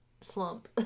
slump